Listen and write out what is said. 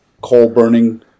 coal-burning